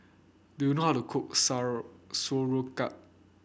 do you know how to cook Sauerkraut